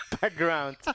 background